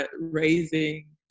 raising